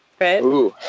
Right